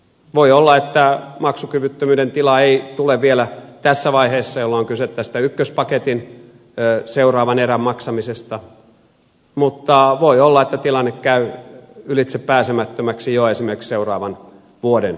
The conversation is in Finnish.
voi olla että maksukyvyttömyyden tila ei tule vielä tässä vaiheessa jolloin on kyse tästä ykköspaketin seuraavan erän maksamisesta mutta voi olla että tilanne käy ylitsepääsemättömäksi jo esimerkiksi seuraavan vuoden aikana